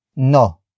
No